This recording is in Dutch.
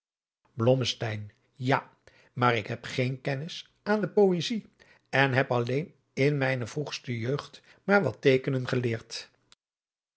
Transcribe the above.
ja maar ik heb geen kennis adriaan loosjes pzn het leven van johannes wouter blommesteyn aan de poëzij en heb alleen in mijne vroegste jeugd maar wat teekenen geleerd